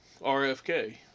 RFK